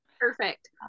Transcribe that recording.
Perfect